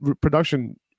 production